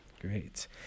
Great